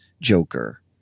Joker